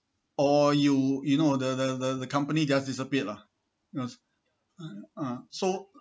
or you you know the the the company just disappeared lah yes uh so